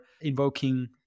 invoking